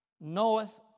knoweth